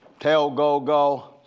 tell gogo